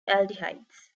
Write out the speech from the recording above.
aldehydes